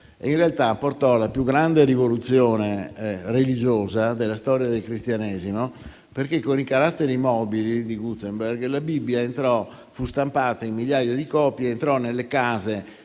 in realtà portò la più grande rivoluzione religiosa della storia del cristianesimo, perché con i caratteri mobili di Gutenberg la Bibbia fu stampata in migliaia di copie ed entrò nelle case